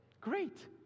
Great